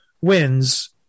wins